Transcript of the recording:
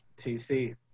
TC